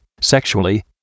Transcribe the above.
sexually